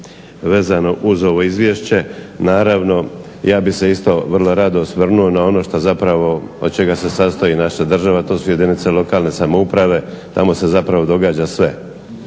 vezano uz ovo izvješće, naravno, ja bih se vrlo rado osvrnuo na ono od čega se sastoji naša država, to su jedinice lokalne samouprave, tamo se događa sve.